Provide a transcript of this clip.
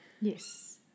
Yes